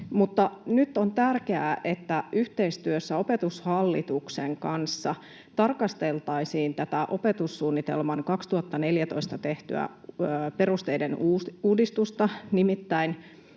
mutta nyt on tärkeää, että yhteistyössä Opetushallituksen kanssa tarkasteltaisiin tätä 2014 tehtyä opetussuunnitelman perusteiden uudistusta. Nimittäin